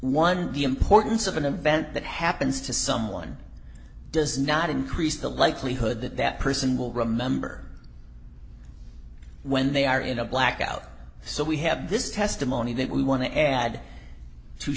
one the importance of an event that happens to someone does not increase the likelihood that that person will remember when they are in a blackout so we have this testimony that we want to add to